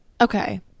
Okay